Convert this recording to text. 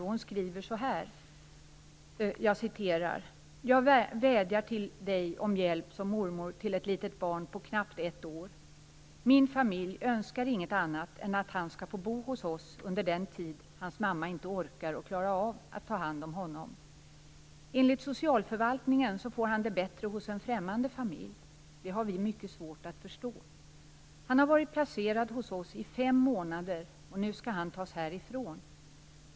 Hon skriver så här: "Jag vädjar till dig om hjälp som mormor till ett litet barn på knappt 1 år. Min familj önskar inget annat än att han ska få bo hos oss under den tid hans mamma inte orkar och klarar av att ha hand om honom. Enligt socialförvaltningen så får han det bättre hos en främmande familj. Det har vi mycket svårt att förstå. Han har varit placerad hos oss i 5 månader och nu ska han tas härifrån.